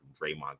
Draymond